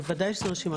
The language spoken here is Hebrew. בוודאי זאת רשימה פתוחה.